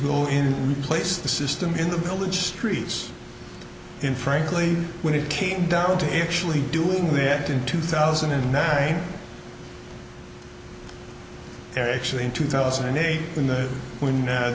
go in and replace the system in the village streets in frankly when it came down to actually doing that in two thousand and now they're actually in two thousand and eight when the when